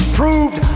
proved